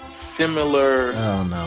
similar